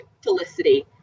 Felicity